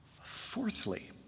Fourthly